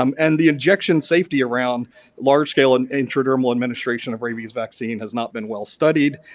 um and the injection safety around large scale and intradermal administration of rabies vaccine has not been well studied.